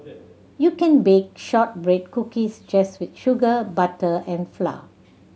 you can bake shortbread cookies just with sugar butter and flour